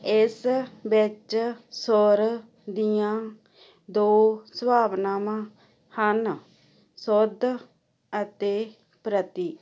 ਇਸ ਵਿਚ ਸੁਰ ਦੀਆਂ ਦੋ ਸੰਭਾਵਨਾਵਾਂ ਹਨ ਸ਼ੁੱਧ ਅਤੇ ਪ੍ਰਤੀ